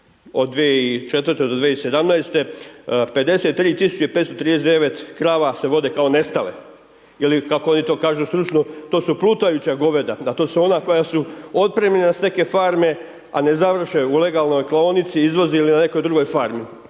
od 2004. do 2017., 53 539 krava se vode kao nestale ili kako oni to kažu stručno, to su plutajuća goveda, da to su ona koja su otpremljena s neke farme a ne završe u legalnoj klaonici, izvoz je na nekoj drugoj farmi.